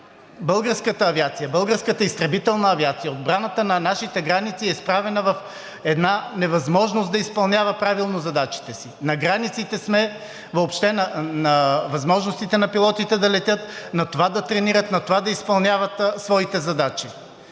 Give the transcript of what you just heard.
българската изтребителна авиация, отбраната на нашите граници е изправена в една невъзможност да изпълнява правилно задачите си. На границите сме въобще на възможностите на пилотите да летят, на това да тренират, на това да изпълняват своите задачи.